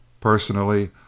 Personally